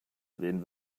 wen